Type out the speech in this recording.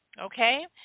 okay